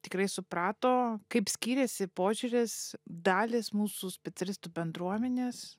tikrai suprato kaip skiriasi požiūris dalys mūsų specialistų bendruomenės